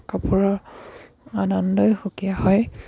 কাপোৰৰ আনন্দই সুকীয়া হয়